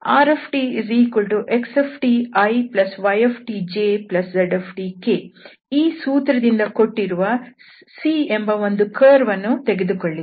rtxtiytjztk ಈ ಸೂತ್ರದಿಂದ ಕೊಟ್ಟಿರುವ C ಎಂಬ ಒಂದು ಕರ್ವ್ ಅನ್ನು ತೆಗೆದುಕೊಳ್ಳಿ